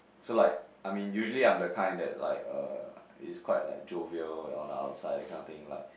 so like I mean usually I'm the kind that like uh is quite like jovial on outside that kind of thing like